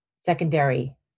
secondary